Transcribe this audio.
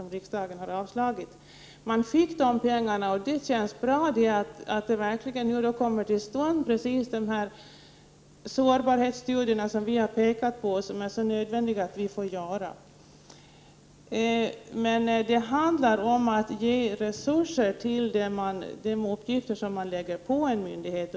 Man fick pengarna, och nu känns det bra att de sårbarhetsstudier som vi har pekat på kommer till stånd, studier som är så nödvändiga att göra. Det handlar alltså om att ge resurser för de uppgifter som har ålagts en myndighet.